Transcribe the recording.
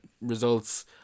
results